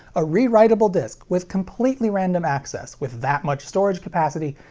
a rewritable disc, with completely random access, with that much storage capacity,